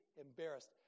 embarrassed